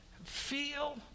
feel